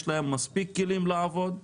יש להם מספיק כלים לעבוד,